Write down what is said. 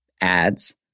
ads